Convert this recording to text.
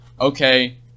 okay